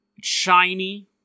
shiny